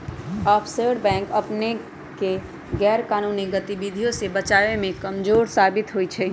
offshore bank अपनेके गैरकानूनी गतिविधियों से बचाबे में कमजोर साबित होइ छइ